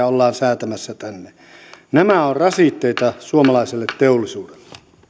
ollaan säätämässä tänne nämä ovat rasitteita suomalaiselle teollisuudelle